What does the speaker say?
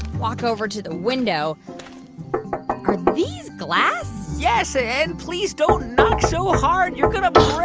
walk over to the window are these glass? yes, and please don't knock so hard you're going to break.